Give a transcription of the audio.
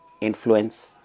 influence